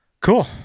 Cool